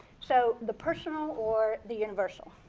so the personal or the universal.